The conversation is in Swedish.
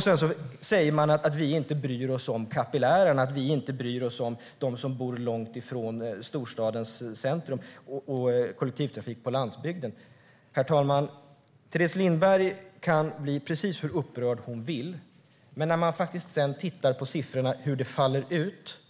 Sedan sägs det att vi inte bryr oss om kapillärerna och att vi inte bryr oss om dem som bor långt från storstadens centrum och långt från kollektivtrafik på landsbygden. Teres Lindberg kan bli precis hur upprörd hon vill. Men när man tittar på siffrorna och ser hur detta faller ut